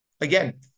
again